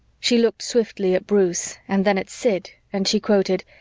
she looked swiftly at bruce and then at sid and she quoted,